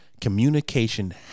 Communication